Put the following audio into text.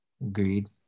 Agreed